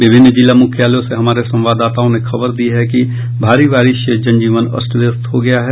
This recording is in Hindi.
विभिन्न जिला मुख्यालयों से हमारे संवाददाताओं ने खबर दी है कि भारी बारिश से जनजीवन अस्त व्यस्त हो गया है